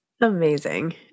Amazing